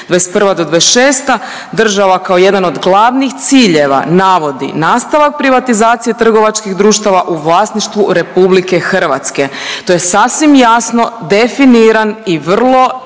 '21. do '26. država kao jedan od glavnih ciljeva navodi nastavak privatizacije trgovačkih društava u vlasništvu RH. To je sasvim jasno definiran i vrlo